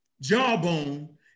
jawbone